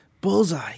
bullseye